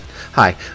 Hi